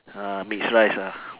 ah mix rice ah